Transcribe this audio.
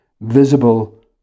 visible